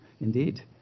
indeed